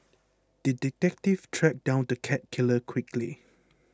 the detective tracked down the cat killer quickly